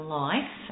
life